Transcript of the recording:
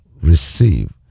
receive